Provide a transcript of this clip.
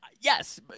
Yes